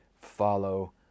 follow